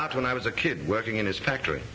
art when i was a kid working in his factory